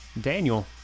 Daniel